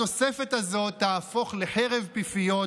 התוספת הזאת תהפוך לחרב פיפיות